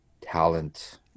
talent